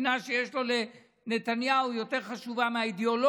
שנאה שיש לו לנתניהו יותר חשובה מהאידיאולוגיה